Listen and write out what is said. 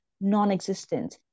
non-existent